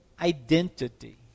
identity